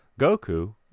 Goku